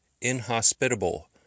Inhospitable